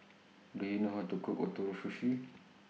Do YOU know How to Cook Ootoro Sushi